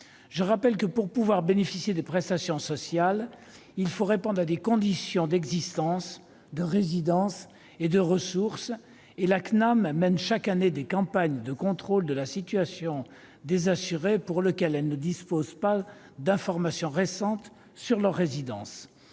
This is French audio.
Je rappelle que, pour bénéficier des prestations sociales, il faut répondre à des conditions d'existence, de résidence et de ressources. La CNAM mène chaque année des campagnes de contrôle de la situation des assurés sur la résidence desquels elle ne dispose pas d'informations récentes ; entre